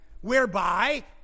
Whereby